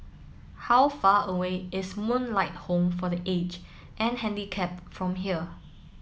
how far away is Moonlight Home for the Aged and Handicapped from here